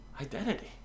identity